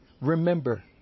Remember